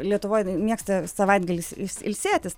lietuvoj mėgsta savaitgaliais ils ilsėtis